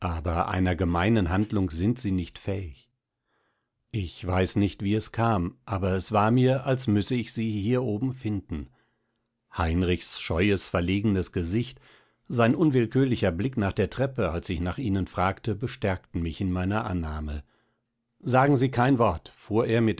einer gemeinen handlung sind sie nicht fähig ich weiß nicht wie es kam aber es war mir als müsse ich sie hier oben finden heinrichs scheues verlegenes gesicht sein unwillkürlicher blick nach der treppe als ich nach ihnen fragte bestärkten mich in meiner annahme sagen sie kein wort fuhr